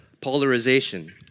polarization